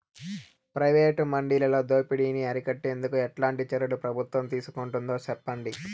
Private మండీలలో దోపిడీ ని అరికట్టేందుకు ఎట్లాంటి చర్యలు ప్రభుత్వం తీసుకుంటుందో చెప్పండి?